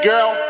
Girl